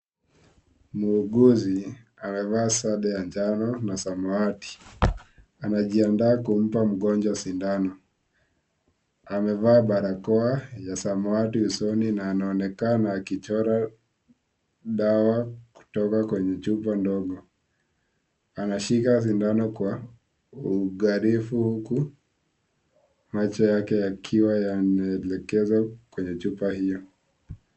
Mwuguzi amevaa sare ya njano na samawati. Anajiandaa kumpa mgonjwa sindano. Amevaa barakoa ya samawati usoni na anaonekana akichora dawa kutoka kwenye chupa ndogo. Anashika sindano kwa ugharifu huku macho yake yakiwa yameelekezwa kwenye chupa hio.